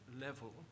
level